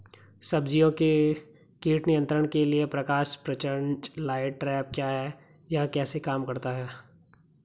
सब्जियों के कीट नियंत्रण के लिए प्रकाश प्रपंच लाइट ट्रैप क्या है यह कैसे काम करता है?